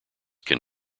can